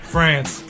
France